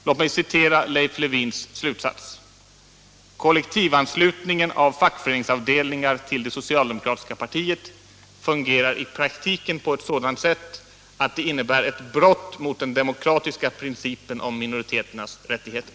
Låt mig citera Leif Lewins slutsats: ”Kollektivanslutningen av fackföreningsavdelningar till det socialdemokratiska partiet fungerar i praktiken på ett sådant sätt, att det innebär ett brott mot den demokratiska principen om minoriteternas rättigheter.”